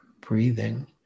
breathing